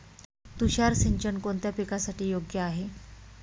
तुषार सिंचन कोणत्या पिकासाठी योग्य आहे?